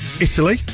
Italy